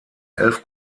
elf